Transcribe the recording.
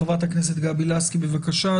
חברת הכנסת גבי לסקי, בבקשה.